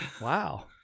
wow